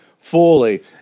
fully